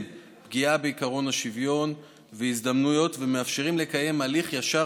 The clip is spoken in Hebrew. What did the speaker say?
פגיעה בעקרון שוויון ההזדמנויות ומאפשרים לקיים הליך ישר,